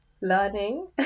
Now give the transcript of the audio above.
learning